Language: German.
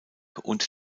und